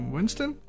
Winston